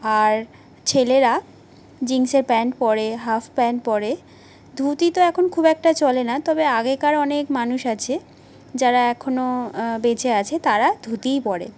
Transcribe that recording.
আর ছেলেরা জিন্সের প্যান্ট পরে হাফ প্যান্ট পরে ধুতি তো এখন খুব একটা চলে না তবে আগেকার অনেক মানুষ আছে যারা এখনো বেঁচে আছে তারা ধুতিই পরে